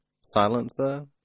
Silencer